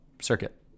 circuit